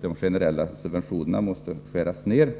de generella subventionerna måste skäras ner.